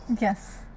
Yes